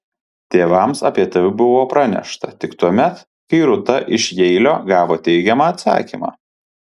tėvams apie tai buvo pranešta tik tuomet kai rūta iš jeilio gavo teigiamą atsakymą